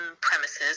premises